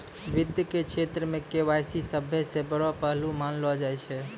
वित्त के क्षेत्र मे के.वाई.सी सभ्भे से बड़ो पहलू मानलो जाय छै